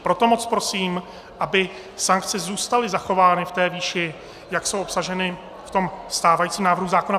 Proto moc prosím, aby sankce zůstaly zachovány v té výši, jak jsou obsaženy ve stávajícím návrhu zákona.